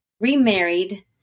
remarried